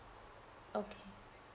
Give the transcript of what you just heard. okay